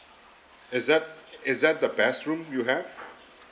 is that is that the best room you have